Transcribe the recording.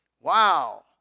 Wow